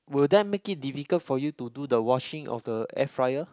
will that make it difficult for you to do the washing of the air fryer